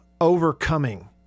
overcoming